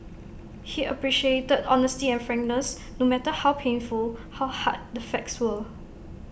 he appreciated honesty and frankness no matter how painful how hard the facts were